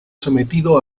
sometido